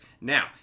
now